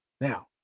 now